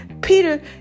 Peter